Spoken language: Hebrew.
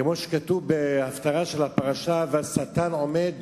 כמו שכתוב בהפטרה של הפרשה: "והשטן עומד